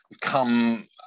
come